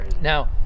Now